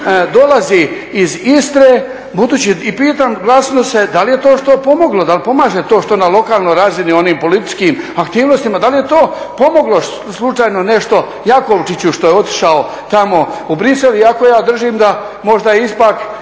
dolazi iz Istre i pitam glasno se da li je to što pomoglo, da li pomaže to što na lokalnoj razini onim političkim aktivnostima, da li je to pomoglo slučajno nešto … što je otišao tamo u Bruxelles, iako ja držim da možda ipak